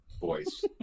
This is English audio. voice